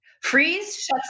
Freeze